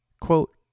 Quote